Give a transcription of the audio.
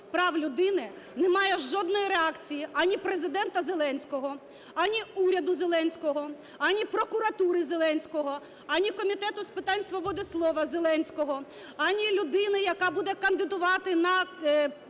прав людини немає жодної реакції: ані Президента Зеленського, ані уряду Зеленського, ані прокуратури Зеленського, ані Комітету з питань свободи слова Зеленського, ані людини, яка буде кандидувати на міністра